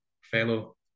Fellow